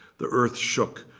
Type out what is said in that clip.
the earth shook,